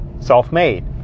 self-made